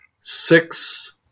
six